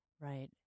right